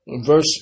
Verse